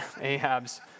Ahab's